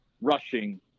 rushing